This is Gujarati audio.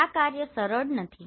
આ કાર્ય સરળ નથી